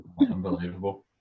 Unbelievable